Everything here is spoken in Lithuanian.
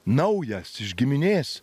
naujas iš giminės